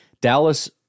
Dallas